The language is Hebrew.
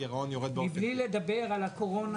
הגירעון יורד באופן --- מבלי לדבר על הקורונה,